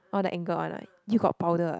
oh the angle one right you got powder ah